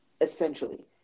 essentially